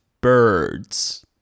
birds